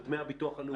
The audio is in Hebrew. על דמי הביטוח הלאומי.